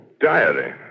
diary